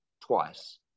twice